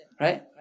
Right